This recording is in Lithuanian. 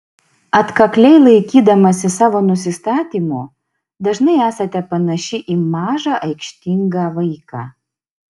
atkakliai laikydamasi savo nusistatymo dažnai esate panaši į mažą aikštingą vaiką